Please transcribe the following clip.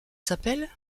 s’appelle